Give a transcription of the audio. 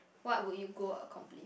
what would you go accomplish